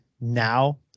now